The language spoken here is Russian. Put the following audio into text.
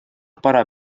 пора